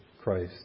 Christ